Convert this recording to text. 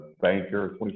banker